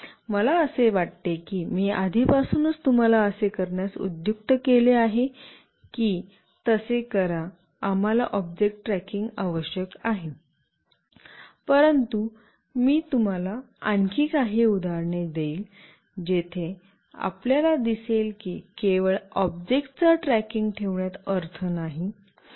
मला असे वाटते की मी आधीपासूनच तुम्हाला असे करण्यास उद्युक्त केले आहे की तसे करा आम्हाला ऑब्जेक्ट ट्रॅकिंग आवश्यक आहे परंतु मी तुला आणखी काही उदाहरणे देईन जिथे आपल्याला दिसेल की केवळ ऑब्जेक्टचा ट्रॅकिंग ठेवण्यात अर्थ नाही